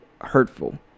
hurtful